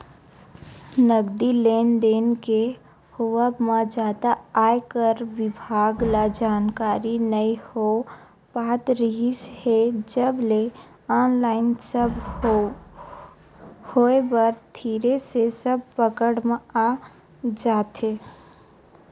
नगदी लेन देन के होवब म जादा आयकर बिभाग ल जानकारी नइ हो पात रिहिस हे जब ले ऑनलाइन सब होय बर धरे हे सब पकड़ म आ जात हे